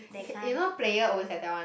y~ you know player always like that one